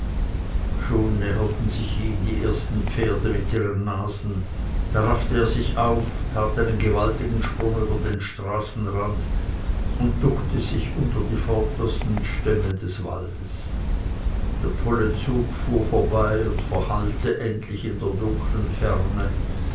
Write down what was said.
schon näherten sich ihm die ersten pferde mit ihren nasen da raffte er sich auf tat einen gewaltigen sprung über den straßenrand und duckte sich unter die vordersten stämme des waldes der tolle zug fuhr vorbei und verhallte endlich in der dunklen ferne